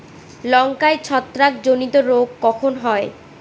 লঙ্কায় ছত্রাক জনিত রোগ কখন হয়?